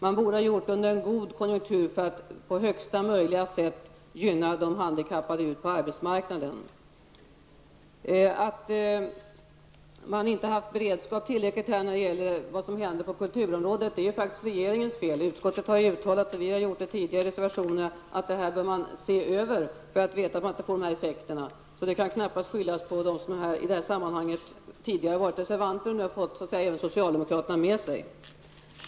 Man borde ha genomfört förändringen under en god konjunktur för att på bästa möjliga sätt gynna de handikappade i deras försök att komma ut på arbetsmarknaden. Att man inte haft tillräcklig beredskap inför det som händer på kulturområdet är faktiskt regeringens fel. Utskottet har tidigare uttalat och vi har i reservationer framhållit att man bör se över detta, så att man vet att nämnda effekter inte uppstår. Det kan knappast skyllas på dem som tidigare har varit reservanter i detta sammanhang och som nu har fått socialdemokraterna med sig.